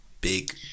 big